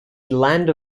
land